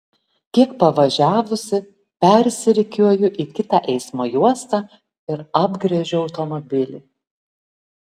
kiek pavažiavusi persirikiuoju į kitą eismo juostą ir apgręžiu automobilį